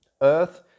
Earth